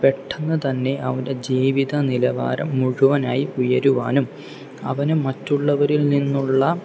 പെട്ടന്നു തന്നെ അവൻ്റെ ജീവിത നിലവാരം മുഴുവനായി ഉയരുവാനും അവന് മറ്റുള്ളവരിൽ നിന്നുള്ള